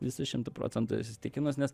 visu šimtu procentų įsitikinus nes